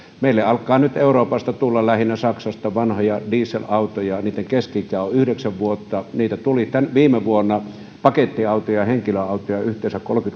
meille alkaa nyt euroopasta tulla lähinnä saksasta vanhoja dieselautoja ja niitten keski ikä on yhdeksän vuotta niitä tuli viime vuonna pakettiautoja ja henkilöautoja yhteensä